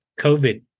COVID